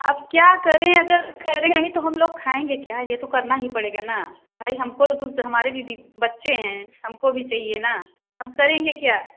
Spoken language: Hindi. अब क्या करें अगर करें नहीं तो हम लोग खाएंगे क्या ये तो करना ही पड़ेगा न भाई हमको तो ख़ुद हमारे भी बच्चे हैं हमको भी चहिए न हम करेंगे क्या